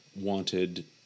wanted